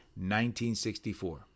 1964